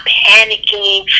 panicking